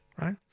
right